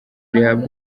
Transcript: rihabwa